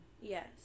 yes